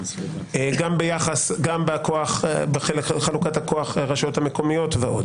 גם בחלוקת הכוח לרשויות המקומיות ועוד.